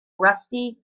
rusty